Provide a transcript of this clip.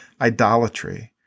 idolatry